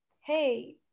hey